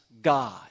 God